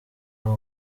umwe